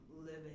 living